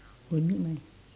they meet my